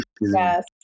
yes